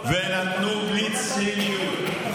ונתנו ברצינות,